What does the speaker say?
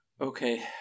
Okay